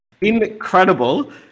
Incredible